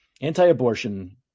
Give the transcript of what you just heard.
anti-abortion